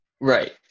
right